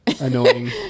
annoying